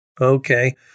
Okay